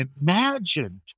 imagined